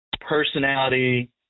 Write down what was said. personality